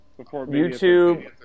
YouTube